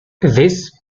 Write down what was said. this